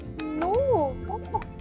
No